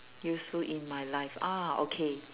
useful in my life ah okay